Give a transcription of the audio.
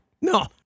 No